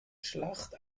schlacht